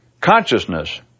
Consciousness